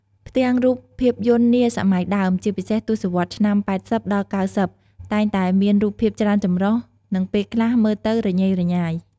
ផ្ទាំងរូបភាពយន្តនាសម័យដើម ជាពិសេសទសវត្សរ៍ឆ្នាំ ៨០ ដល់ ៩០ តែងតែមាន រូបភាពច្រើនចម្រុះ និងពេលខ្លះមើលទៅ រញ៉េរញ៉ៃ ។